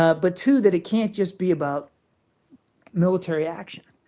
ah but two, that it can't just be about military action.